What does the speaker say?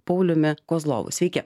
pauliumi kozlovu sveiki